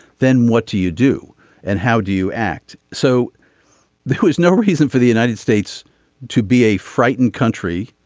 then what do you do and how do you act. so there was no reason for the united states to be a frightened country